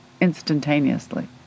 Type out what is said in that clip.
instantaneously